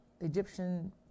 Egyptian